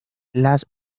las